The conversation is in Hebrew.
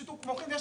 מוחין.